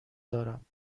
دارم